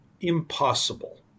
impossible